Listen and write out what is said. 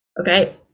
Okay